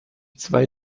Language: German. zwei